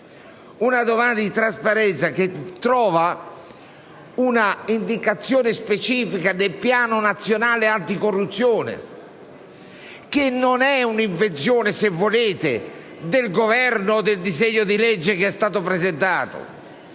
una domanda che trova un'indicazione specifica nel Piano nazionale anticorruzione, che non è un invenzione, se volete, del Governo nel disegno di legge che è stato presentato